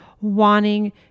wanting